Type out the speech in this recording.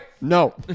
No